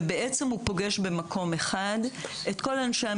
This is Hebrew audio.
והוא פוגש במקום אחד את כל אנשי המקצוע.